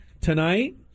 tonight